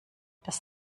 das